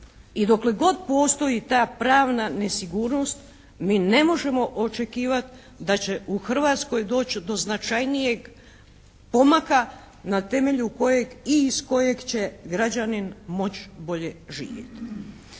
I dokle god postoji ta pravna nesigurnost mi ne možemo očekivat da će u Hrvatskoj doći do značajnijeg pomaka na temelju kojeg i iz kojeg će građanin moći bolje živjeti.